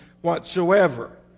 whatsoever